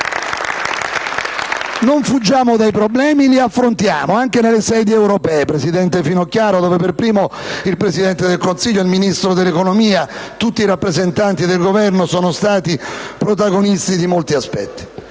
Non fuggiamo dai problemi ma li affrontiamo, anche nelle sedi europee, presidente Finocchiaro, dove per primo il Presidente del Consiglio, il Ministro dell'economia e tutti i rappresentanti del Governo sono stati protagonisti di molti fatti.